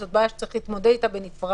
זו בעיה שצריך להתמודד איתה בנפרד.